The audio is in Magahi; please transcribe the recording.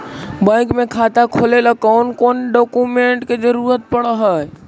बैंक में खाता खोले ल कौन कौन डाउकमेंट के जरूरत पड़ है?